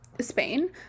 Spain